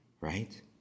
right